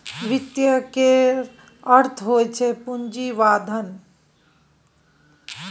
वित्त केर अर्थ होइ छै पुंजी वा धन